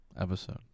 episode